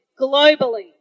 globally